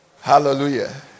hallelujah